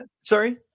Sorry